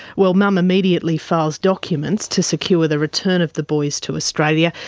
well, mum immediately files documents to secure the return of the boys to australia.